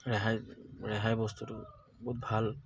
ৰেহাই ৰেহাই বস্তুটো বহুত ভাল